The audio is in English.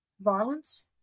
Violence